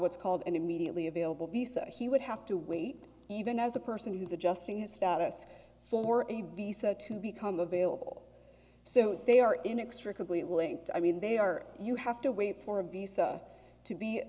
what's called an immediately available b so he would have to wait even as a person who's adjusting his status for a b set to become available so they are inextricably linked i mean they are you have to wait for a visa to be